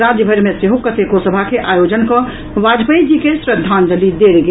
राज्यभर मे सेहो कतेको सभा के आयोजन कऽ वाजपेयी जी के श्रद्धाजंलि देल गेल